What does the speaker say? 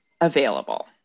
available